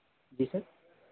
जी sir